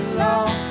love